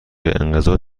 انقضا